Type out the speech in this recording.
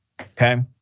okay